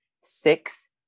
six